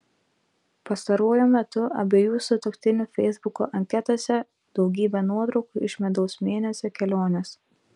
pastaruoju metu abiejų sutuoktinių feisbuko anketose daugybė nuotraukų iš medaus mėnesio kelionės